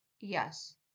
Yes